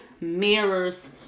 mirrors